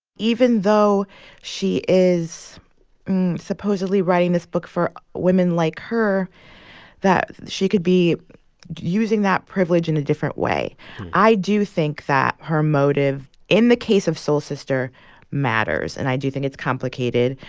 even though she is supposedly writing this book for women like her that she could be using that privilege in a different way i do think that her motive in the case of soul sister matters. and i do think it's complicated.